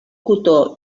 cotó